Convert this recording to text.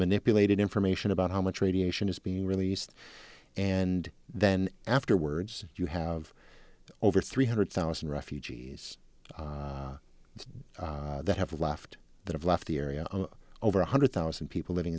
manipulated information about how much radiation is being released and then afterwards you have over three hundred thousand refugees that have left that have left the area over one hundred thousand people living